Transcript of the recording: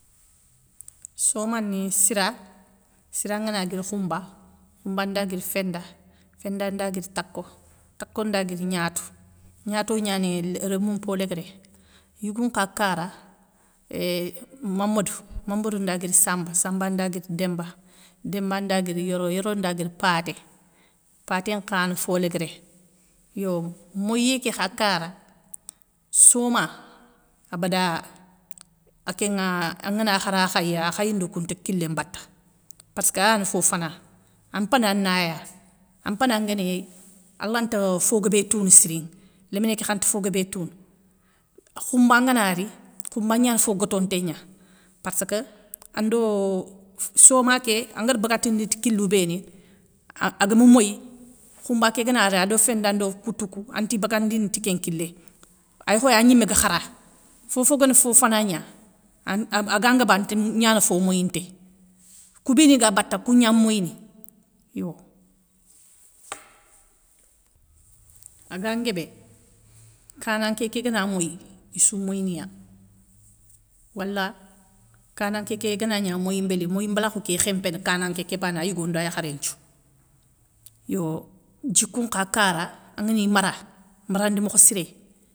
Somani sira, ngana guiri khoumba, khoumba. da guiri feinda feinda nda guiri tacko, tacko nda guiri gnatou, gnatou gnani rémou mpo léguéré. Yougou nkha kara euuuhh mamadou, mamadou nda guiri samba, samba nda guiri demba. demba nda guiri yoro, yoro nda guiri paté, paté nkhayani fo léguéré. Yo moyiyé ké kha kara, soma abada akénŋa angana khara khayiya, akhayoundou kounta kilé mbata parsskayani fo fana, an mpana na ya, an mpana nguéni alanta fo guébé tounou siring, léminé ké khante fo guébé tounou, khoumba ngana ri, khoumba gnani fo gotonté gna, parssekeu ando soma ké angari baganditi kilou béni. agami moyi, khoumba kéganari ado feinda ndo koutou kou, anti bagandini ti kén kilé. Ay khoy agnimé gua khara fofo guéni fo fana gna, an agangaba ante gnana fo moyinté, kou béni ga baka kougna moyini yo. A ganguébé, kananké ké gana moyi, issou moyina wala kananké ké gana gna moyimbéli, moyimbélakhou ké khémpéné kananké ké bana ayigo nda yakharé nthiou. Yo djikou nkha kara angani mara, marandi mokhossiré.